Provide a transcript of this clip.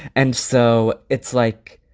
and so it's like,